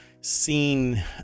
seen